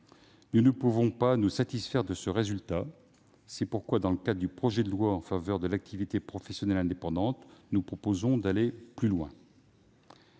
Nous ne pouvons pas nous satisfaire de ce résultat. C'est pourquoi, dans le cadre du projet de loi en faveur de l'activité professionnelle indépendante, nous proposons d'aller plus loin.